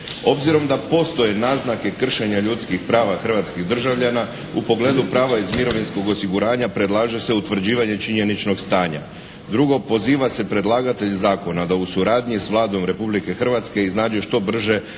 Obzirom da postoje naznake kršenja ljudskih prava hrvatskih državljana u pogledu prava iz mirovinskog osiguranja predlaže se utvrđivanje činjeničnog stanja. Drugo, poziva se predlagatelj zakona da u suradnji s Vladom Republike Hrvatske iznađe što brže privremeno